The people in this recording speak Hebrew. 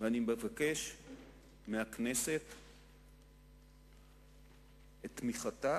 ואני מבקש מהכנסת את תמיכתה,